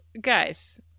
guys